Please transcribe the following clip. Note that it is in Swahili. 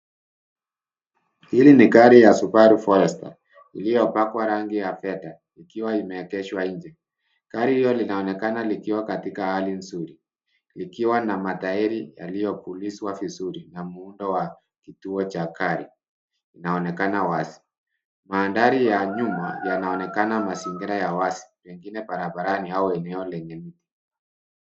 Hili ni ari la subaru forester lililopakwa rangi ya fedha likiwa limeegeshwa nje. Gari hilo linaonekana likiwa katika hali nzuri, likiwa na matairi yaliyopulizwa vizuri na muundo wa kituo cha gari inaonekana wazi. Mandhari ya nyuma yanaonekana mazingira ya wazi pengine barabarani au eneo lenye miti.